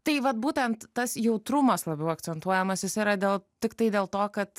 tai vat būtent tas jautrumas labiau akcentuojamas jis yra dėl tiktai dėl to kad